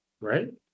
right